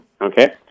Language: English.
Okay